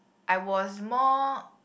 I was more